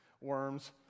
Worms